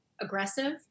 aggressive